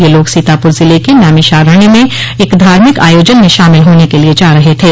ये लोग सीतापुर जिले के नैमिषारण्य में एक धार्मिक आयोजन में शामिल होने के लिए जा रहे थे